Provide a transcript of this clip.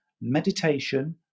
meditation